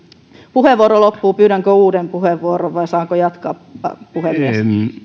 puheenvuoro loppuu pyydänkö uuden puheenvuoron vai saanko jatkaa puhemies